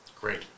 Great